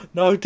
no